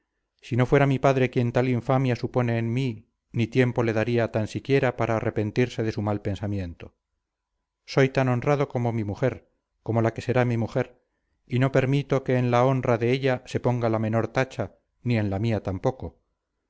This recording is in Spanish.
si no fuera mi padre quien tal infamia supone en mí ni tiempo le daría tan siquiera para arrepentirse de su mal pensamiento soy tan honrado como mi mujer como la que será mi mujer y no permito que en la honra de ella se ponga la menor tacha ni en la mía tampoco